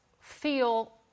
feel